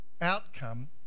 outcome